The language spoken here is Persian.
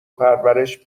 پرورش